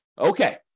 Okay